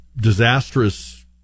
disastrous